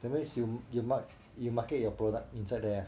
that means you you mark~ you market your product inside there ah